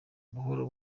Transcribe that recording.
buhoro